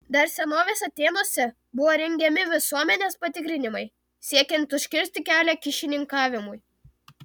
dar senovės atėnuose buvo rengiami visuomenės patikrinimai siekiant užkirsti kelią kyšininkavimui